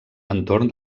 entorn